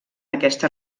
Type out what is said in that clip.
aquesta